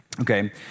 Okay